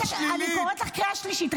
אני אתן לך הודעה אישית,